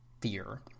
fear